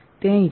તે અહીં છે